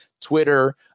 Twitter